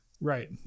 Right